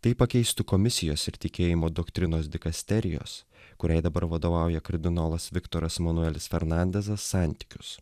tai pakeistų komisijos ir tikėjimo doktrinos dikasterijos kuriai dabar vadovauja kardinolas viktoras emanuelis fernandesas santykius